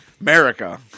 America